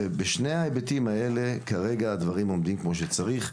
בשני ההיבטים האלה כרגע הדברים עומדים כמו שצריך,